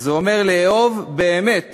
זה אומר לאהוב באמת